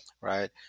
right